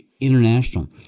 International